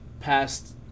past